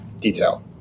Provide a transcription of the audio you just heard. detail